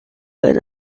and